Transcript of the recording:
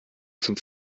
zum